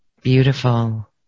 Beautiful